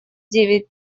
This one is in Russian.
девять